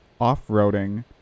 off-roading